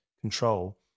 control